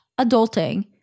adulting